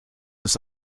ist